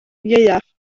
ieuaf